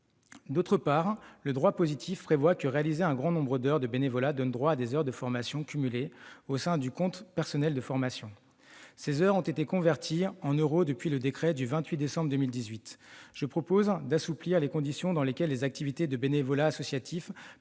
D'autre part, le droit positif prévoit qu'un grand nombre d'heures de bénévolat donne droit à des heures de formation cumulées au sein du compte personnel de formation. Ces heures ont été converties en euros depuis le décret du 28 décembre 2018. Je propose d'assouplir les conditions dans lesquelles les activités de bénévolat associatif